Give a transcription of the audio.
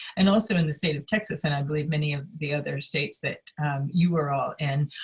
and also in the state of texas, and i believe many of the other states that you were all in,